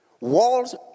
walls